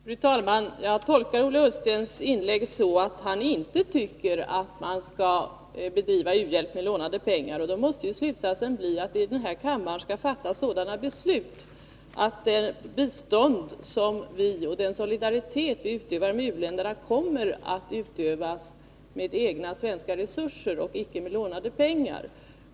Fru talman! Jag tolkar Ola Ullstens inlägg så att han inte tycker att man skall bedriva u-hjälp med lånade pengar. Slutsatsen måste bli att vi i denna kammare skall fatta sådana beslut att det bistånd och den solidaritet vi utövar gentemot u-länderna kommer att utövas med egna svenska resurser och icke med lånade pengar.